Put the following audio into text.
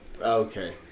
Okay